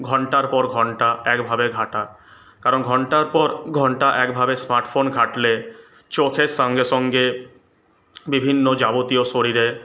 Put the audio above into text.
ঘন্টার পর ঘন্টা একভাবে ঘাঁটা কারণ ঘন্টার পর ঘন্টা একভাবে স্মার্টফোন ঘাঁটলে চোখের সঙ্গে সঙ্গে বিভিন্ন যাবতীয় শরীরে